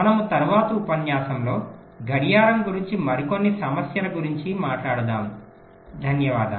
మనము తరువాతి ఉపన్యాసంలో గడియారం గురించి మరికొన్ని సమస్యల గురించి మాట్లాడుదాము